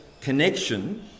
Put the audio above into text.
connection